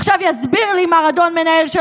עכשיו יסביר לי מר אדון מנהל,